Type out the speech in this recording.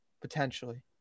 potentially